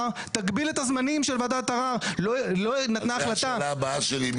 לאותה וועדה אין מערכת אכיפה חזקה,